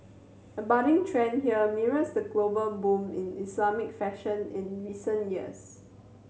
the budding trend here mirrors the global boom in Islamic fashion in recent years